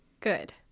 Good